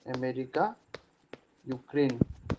America Ukraine